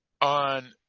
on